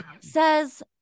says